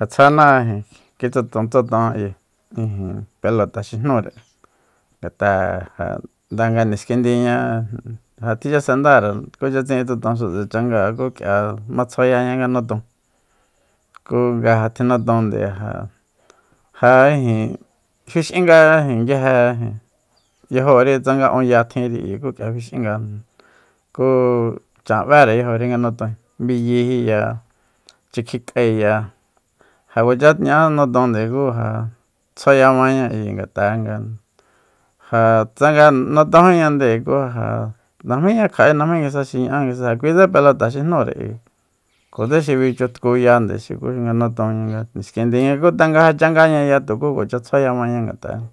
Ja tsjuana ijin kitsuton tsuton ayi ijin pelota xi jnúre ngat'a ja nda nga niskindiña ja tichasendare kucha tsi'in tsiton xuta changáa ku k'ia matjuayaña nga nuton ku nga ja tjinotonde ja- ja fix'inga nguije ijin yajori tsa unya tjinri ayi ku k'ia fix'inga ku chan b'ére yajori nga nutoin biyijiya ch'akji'k'aeya ja kuacha ña'á nutonde ku ja tsjuaya maña ayi ngat'a'e nga ja tsanga notonjíña nde ku ja najmiña kja'é najmí nguisa xi ña'a nguisa kuitse pelota xi jnúre ayi kjo tse xi bichutku ya nde xi xuku xi notonña nga niskindiña ku tanga nga ja changañaya tuku matsjuayamaña ngat'a nga